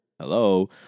Hello